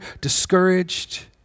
discouraged